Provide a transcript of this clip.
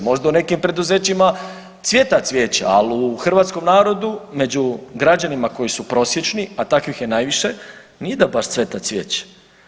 Možda u nekim preduzećima cvjeta cvijeće, ali u hrvatskom narodu među građanima koji su prosječni a takvih je najviše nije da baš cvjeta cvijeće.